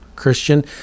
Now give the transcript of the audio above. christian